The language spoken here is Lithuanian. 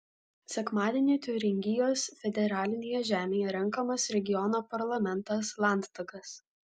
sekmadienį tiuringijos federalinėje žemėje renkamas regiono parlamentas landtagas